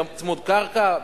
צמוד קרקע,